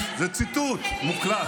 זה ציטוט מוקלט,